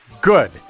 good